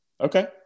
Okay